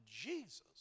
Jesus